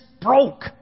broke